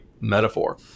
metaphor